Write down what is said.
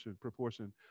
proportion